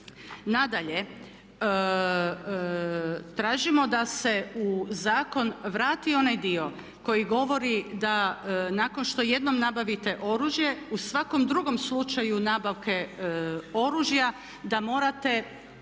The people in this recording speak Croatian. Nadalje, tražimo da se u zakon vrati onaj dio koji govori da nakon što jednom nabavite oružje u svakom drugom slučaju nabavke oružja da morate